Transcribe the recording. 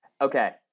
Okay